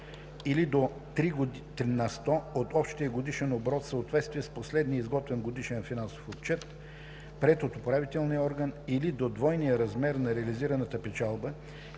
три на сто от общия годишен оборот в съответствие с последния изготвен годишен финансов отчет, приет от управителния орган, или до двойния размер на реализираната печалба